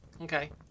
Okay